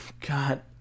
God